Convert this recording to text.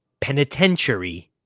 Penitentiary